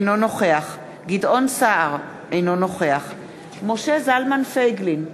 אינו נוכח גדעון סער, אינו נוכח משה זלמן פייגלין,